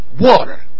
water